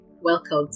welcome